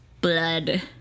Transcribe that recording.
blood